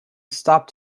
stopped